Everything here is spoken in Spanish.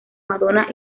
madonna